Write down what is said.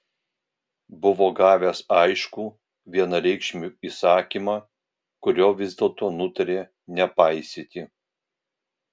buvo gavęs aiškų vienareikšmį įsakymą kurio vis dėlto nutarė nepaisyti